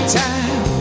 time